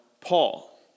Paul